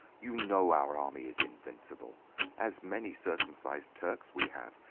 you know our army is invincible as many circumcised turks we have,